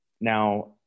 Now